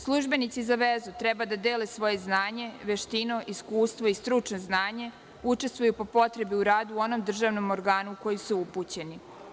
Službenici za vezu treba da dele svoje znanje, veštinu, iskustvo i stručno znanje, učestvuju po potrebi u radu onog državnog organa u koji su upućeni.